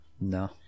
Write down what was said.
No